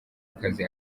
akazi